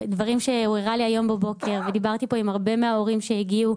דברים שהוא הראה לי היום בבוקר ודיברתי פה עם הרבה מההורים שהגיעו.